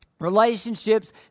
Relationships